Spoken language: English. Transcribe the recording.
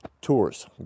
tours